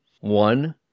one